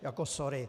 Jako sorry.